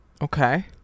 Okay